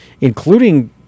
including